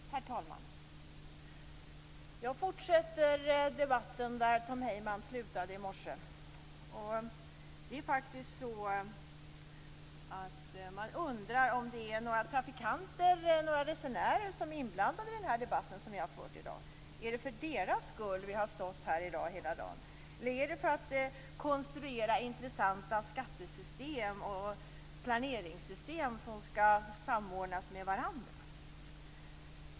Herr talman! Jag fortsätter debatten där Tom Heyman slutade i morse. Man undrar faktiskt om det är några trafikanter eller resenärer inblandade i debatten i dag. Är det för deras skull vi har stått här hela dagen, eller är det för att konstruera intressanta skatteoch planeringssystem som skall samordnas med varandra?